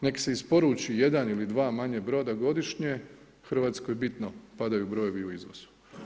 Neka se isporuči jedan ili dva manje broda godišnje Hrvatskoj bitno padaju brojevi u iznosu.